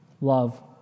love